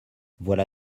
voilà